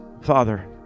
father